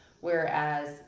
whereas